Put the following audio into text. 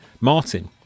Martin